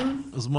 מה